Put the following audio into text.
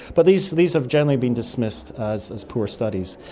but these these have generally been dismissed as as poor studies.